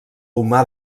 humà